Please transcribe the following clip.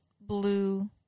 blue